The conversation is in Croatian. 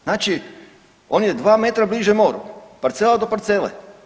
Znači on je 2 m bliže moru, parcela do parcele.